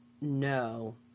no